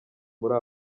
muri